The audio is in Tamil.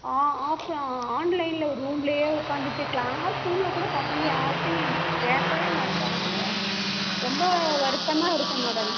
ஆ ஆஃப் ஆன்லைனில் ரூம்லேயே உக்காந்துட்டு கிளாஸ் ரூமில்கூட பசங்க யார்கிட்டயும் பேசவேமாட்டுறாங்க ரொம்ப வருத்தமாக இருக்குது மேடம்